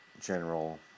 general